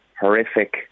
horrific